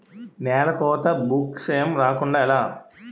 నేలకోత భూక్షయం రాకుండ ఎలా?